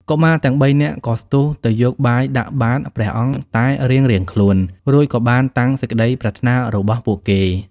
កុមារទាំងបីនាក់ក៏ស្ទុះទៅយកបាយដាក់បាត្រព្រះអង្គតែរៀងៗខ្លួន រួចក៏បានតាំងសេចក្តីប្រាថ្នារបស់ពួកគេ។